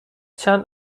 چند